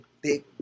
big